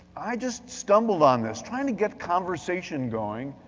i just stumbled on this, trying to get conversation going,